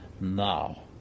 Now